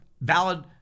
valid